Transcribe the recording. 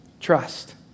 Trust